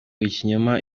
ikinyoma